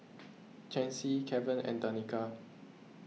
Chancy Keven and Danica